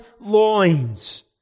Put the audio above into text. loins